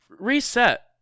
Reset